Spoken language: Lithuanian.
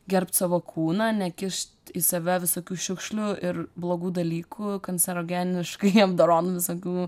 gerbt savo kūną nekišt į save visokių šiukšlių ir blogų dalykų kancerogeniškai apdorotų visokių